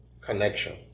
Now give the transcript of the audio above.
connection